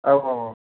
औ औ औ